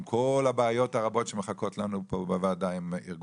עם כל הבעיות הרבות שמחכות לנו פה בוועדה עם ארגון